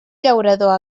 llaurador